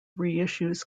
reissues